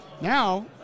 Now